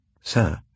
Sir